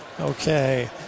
okay